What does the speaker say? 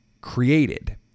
created